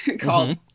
called